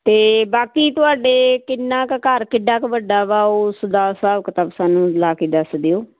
ਤੇ ਬਾਕੀ ਤੁਹਾਡੇ ਕਿੰਨਾ ਕੁ ਘਰ ਕਿੱਡਾ ਕੁ ਵੱਡਾ ਵਾ ਉਸਦਾ ਹਿਸਾਬ ਕਿਤਾਬ ਸਾਨੂੰ ਲਾ ਕੇ ਦੱਸ ਦਿਓ